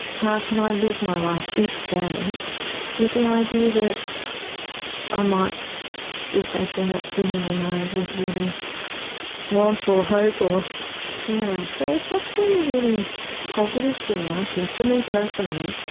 how can i live my life each day with the idea that i might be facing that sooner than i would really want or hope. yeah so it's actually a really positive thing i think, for me personally,